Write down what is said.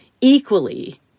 equally